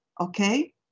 okay